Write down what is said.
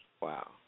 Wow